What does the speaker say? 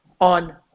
on